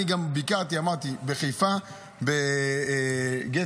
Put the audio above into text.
אני גם ביקרתי בחיפה, בגט-סוויט,